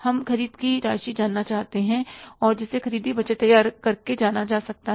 हम ख़रीद की राशि जानना चाहते हैं और जिसे खरीदी बजट तैयार करके जाना जा सकता है